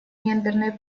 гендерной